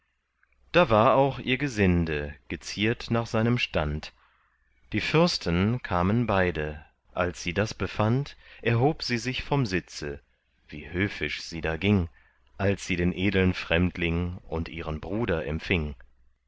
da war auch ihr gesinde geziert nach seinem stand die fürsten kamen beide als sie das befand erhob sie sich vom sitze wie höfisch sie da ging als sie den edeln fremdling und ihren bruder empfing